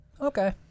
Okay